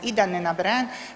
I da ne nabrajam.